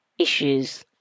issues